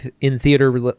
in-theater